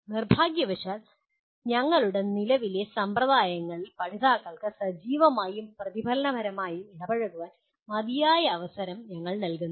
നിർഭാഗ്യവശാൽ ഞങ്ങളുടെ നിലവിലെ സമ്പ്രദായങ്ങളിൽ പഠിതാക്കൾക്ക് സജീവമായും പ്രതിഫലനപരമായും ഇടപഴകാൻ മതിയായ അവസരം ഞങ്ങൾ നൽകുന്നില്ല